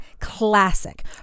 Classic